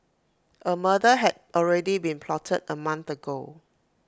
A murder had already been plotted A month ago